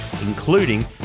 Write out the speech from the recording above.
including